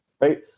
Right